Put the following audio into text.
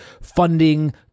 funding